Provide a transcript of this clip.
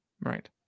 Right